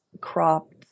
cropped